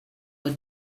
were